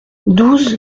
douze